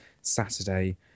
Saturday